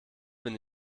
bin